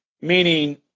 meaning